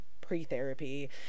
pre-therapy